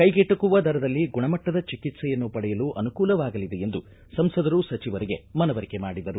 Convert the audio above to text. ಕೈಗೆಟುಕುವ ದರದಲ್ಲಿ ಗುಣಮಟ್ಟದ ಚಿಕಿತ್ಸೆಯನ್ನು ಪಡೆಯಲು ಅನುಕೂಲವಾಗಲಿದೆ ಎಂದು ಸಂಸದರು ಸಚಿವರಿಗೆ ಮನವರಿಕೆ ಮಾಡಿದರು